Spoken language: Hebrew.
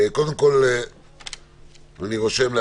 תודה רבה.